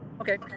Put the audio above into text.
okay